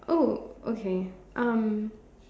oh okay um